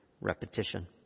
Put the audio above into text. Repetition